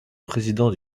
président